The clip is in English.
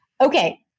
Okay